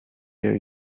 year